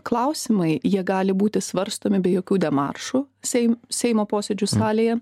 klausimai jie gali būti svarstomi be jokių demaršų sei seimo posėdžių salėje